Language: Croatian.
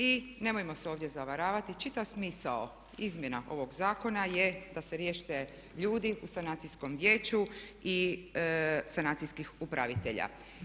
I nemojmo se ovdje zavaravati, čitav smisao izmjena ovog zakona je da se riješite ljudi u sanacijskom vijeću i sanacijskih upravitelja.